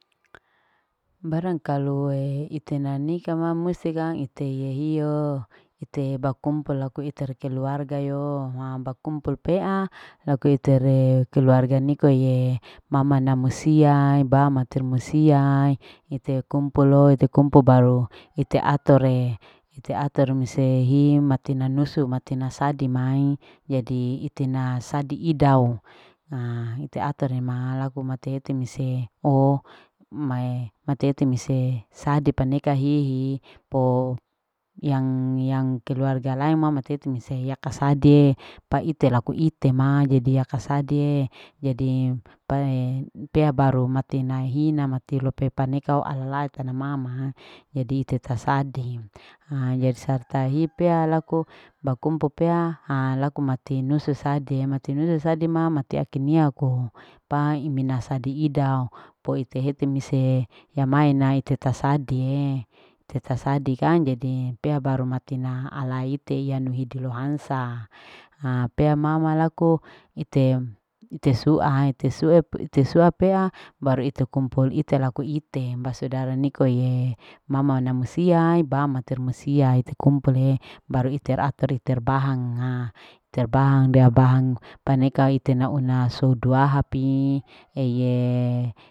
Barang kalu ite nanika ma musti kang ite hiya hiyo ite bakumpul laku ite keluarga yo ma bakumpul pea laku itere keluarga niko ye mmana musia ba mater musia ite kumpu baru ite atore. ite atore musehi ite ator misehi matina nusu, matina sadi mai jadi itena sadi idao haa ite ator nema laku mati ete nmise oho mae mati ete mise sadi paneka hihipo yang. yang kelurga lain ma matetu mise ya kasade paite laku ite ma jadi yaka sadie jadi pae pea baru mati ina hina ma mati te parleka alale ana mama jadi ite tasadi haa jadi tasahipea laku bakumpul pea haa laku matinusu adi mati nusu sadia mati sadi mati akemia k pa imina sadi idao ko ite hete mise amae ite ta sadie. ite tasadie kang jadi pea baru mati na ala te iya nuhidu lohansa haa pea mama laku ite. ite sua, ite sua pea baru ite kumpul ite laku ite basudara nikoe mama namusiae bam matermusia kumpula baru ite ator ite bahanga. terbahanga rebahang paneka ite nauna sou duhaa pi eye.